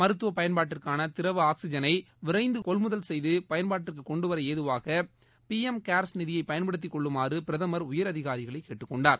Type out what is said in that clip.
மருத்துவ பயன்பாட்டிற்கான திரவ ஆக்ஸிஜனை விரைந்து கொள்முதல் செய்து பயன்பாட்டிற்கு கொண்டுவர ஏதுவாக பிளம் கேர்ஸ் நிதியை பயன்படுத்திக் கொள்ளுமாறு பிரதமர் உயர் அதிகாரிகளை கேட்டுக்கொண்டார்